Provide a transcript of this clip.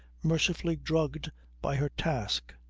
mercifully drugged by her task.